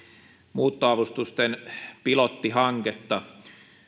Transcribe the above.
muuttoavustusten pilottihanketta